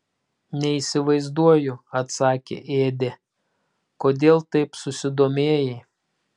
neįsivaizduoju atsakė ėdė kodėl taip susidomėjai